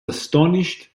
astonished